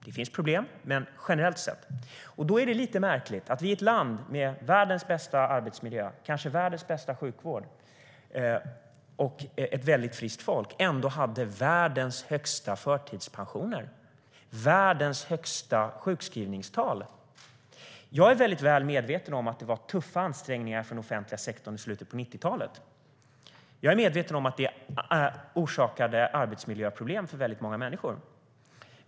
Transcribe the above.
Det finns problem, men generellt sett är den god. Det är lite märkligt att vi i ett land med världens bästa arbetsmiljö, kanske världens bästa sjukvård och ett väldigt friskt folk ändå hade flest förtidspensioner i världen och världens högsta sjukskrivningstal. Jag är väl medveten om att det var tuffa ansträngningar för den offentliga sektorn i slutet av 90-talet. Jag är medveten om att det orsakade arbetsmiljöproblem för många människor.